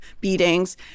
beatings